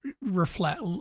reflect